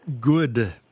good